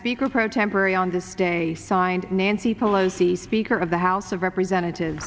speaker pro temporary on this day signed nancy pelosi speaker of the house of representatives